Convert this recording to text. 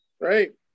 Right